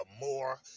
more